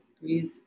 breathe